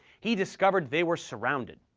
he discovered they were surrounded.